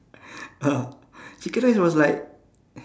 chicken rice was like